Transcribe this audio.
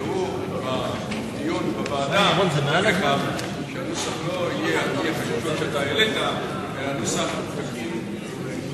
שבדיון בוועדה הנוסח לא יהיה כפי שהעלית אלא נוסח תקין ומושלם.